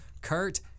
Kurt